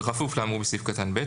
בכפוף לאמור בסעיף קטן (ב),